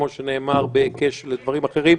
כמו שנאמר בהיקש לדברים אחרים,